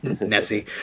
Nessie